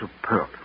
superb